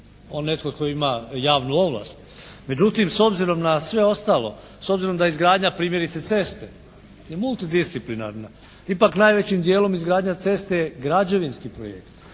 netko tko ima javnu ovlast. Međutim, s obzirom na sve ostalo, s obzirom da izgradnja primjerice ceste je multidisciplinarna. Ipak, najvećim djelom izgradnja ceste je građevinski projekt